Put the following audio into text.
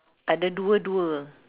ada dua dua